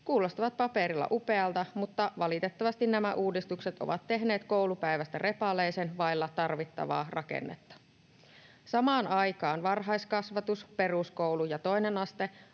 kuulostavat paperilla upealta, mutta valitettavasti nämä uudistukset ovat tehneet koulupäivästä repaleisen, vailla tarvittavaa rakennetta. Samaan aikaan varhaiskasvatus, peruskoulu ja toinen aste